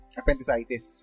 appendicitis